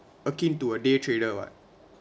akin to a day trader [what]